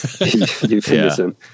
euphemism